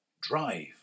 Drive